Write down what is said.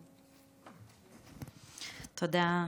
תודה,